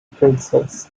princess